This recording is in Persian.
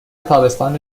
تابستان